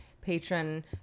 patron